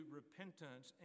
repentance